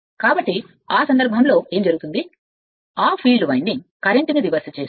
కాబట్టి ఆ సందర్భంలో ఏమి జరుగుతుంది ఆ ఫీల్డ్ వైండింగ్ కరెంట్ అపసవ్యం అవుతుంది